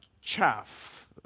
chaff